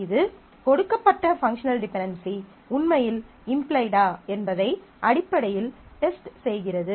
இது கொடுக்கப்பட்ட functional dependency உண்மையில் இம்ப்ளைடா என்பதை அடிப்படையில் டெஸ்ட் செய்கிறது